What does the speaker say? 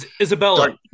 Isabella